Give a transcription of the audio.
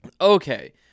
Okay